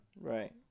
Right